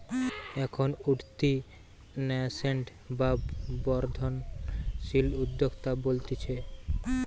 এখন উঠতি ন্যাসেন্ট বা বর্ধনশীল উদ্যোক্তা বলতিছে